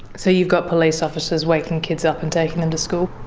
so you've got police officers waking kids up and taking them to school?